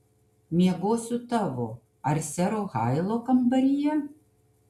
miegosiu tavo ar sero hailo kambaryje